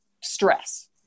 stress